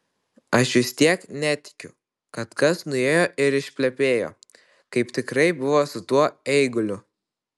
aš vis tiek netikiu kad kas nuėjo ir išplepėjo kaip tikrai buvo su tuo eiguliu